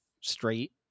straight